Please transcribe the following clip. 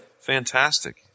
Fantastic